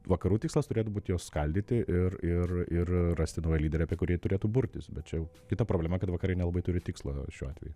vakarų tikslas turėtų būti juos skaldyti ir ir ir rasti naują lyderį apie kurį jie turėtų burtis bet čia jau kita problema kad vakarai nelabai turi tikslo šiuo atveju